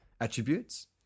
attributes